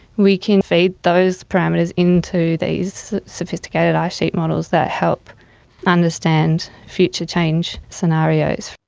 we can feed those parameters into these sophisticated ice sheet models that help understand future change scenarios.